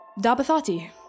Dabathati